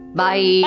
Bye